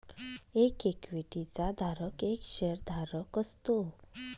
एक इक्विटी चा धारक एक शेअर धारक असतो